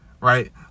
right